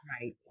Right